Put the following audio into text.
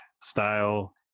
style